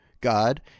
God